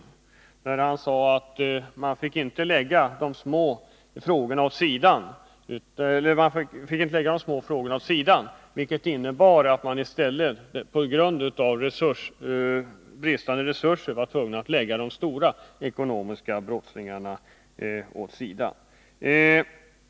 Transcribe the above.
Länsåklagaren sade att man inte fick lägga de små frågorna åt sidan. Det innebar att man på grund av bristande resurser var tvungen att lägga målen mot de stora ekonomiska brottslingarna åt sidan.